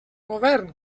govern